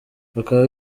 bakaba